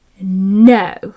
No